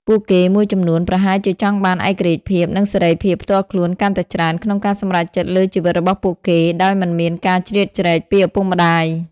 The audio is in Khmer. ពួកគេមួយចំនួនប្រហែលជាចង់បានឯករាជ្យភាព និងសេរីភាពផ្ទាល់ខ្លួនកាន់តែច្រើន ក្នុងការសម្រេចចិត្តលើជីវិតរបស់ពួកគេ ដោយមិនមានការជ្រៀតជ្រែកពីឪពុកម្តាយ។